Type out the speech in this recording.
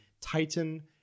Titan